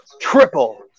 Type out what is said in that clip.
Triple